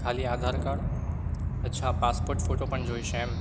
ખાલી આધાર કાડ અચ્છા passport photo પણ જોઈશે એમ